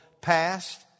past